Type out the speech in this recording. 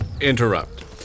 interrupt